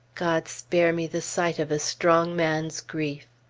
god spare me the sight of a strong man's grief!